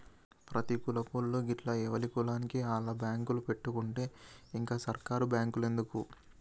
ప్రతి కులపోళ్లూ గిట్ల ఎవల కులానికి ఆళ్ల బాంకులు పెట్టుకుంటే ఇంక సర్కారు బాంకులెందుకు